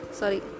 sorry